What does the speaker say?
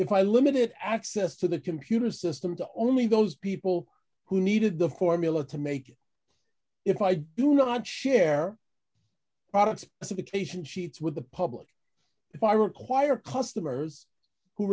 if i limited access to the computer system to only those people who needed the formula to make it if i do not share products situation sheets with the public if i require customers who